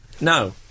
No